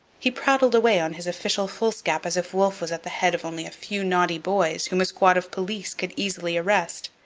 he prattled away on his official foolscap as if wolfe was at the head of only a few naughty boys whom a squad of police could easily arrest.